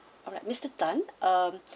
alright mister tan uh